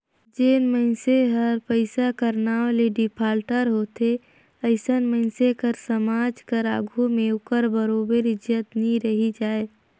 जेन मइनसे हर पइसा कर नांव ले डिफाल्टर होथे अइसन मइनसे कर समाज कर आघु में ओकर बरोबेर इज्जत नी रहि जाए